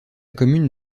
commune